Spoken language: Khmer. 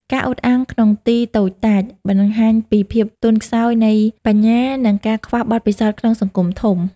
ការអួតអាងក្នុងទីតូចតាច បង្ហាញពីភាពទន់ខ្សោយនៃបញ្ញា និងការខ្វះបទពិសោធន៍ក្នុងសង្គមធំ។